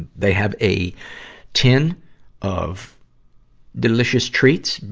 ah they have a tin of delicious treats.